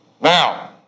Now